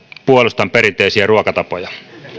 puolustan perinteisiä ruokatapoja